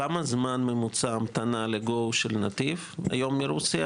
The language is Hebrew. כמה זמן ממוצע המתנה ל-GO נתיב כיום מרוסיה,